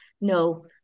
no